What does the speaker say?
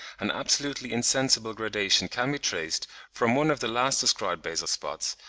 an absolutely insensible gradation can be traced from one of the last-described basal spots,